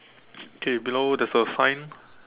okay below there is a sign